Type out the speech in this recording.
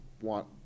want